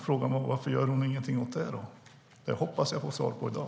Frågan är: Varför gör hon ingenting åt det? Det hoppas jag få svar på i dag.